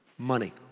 Money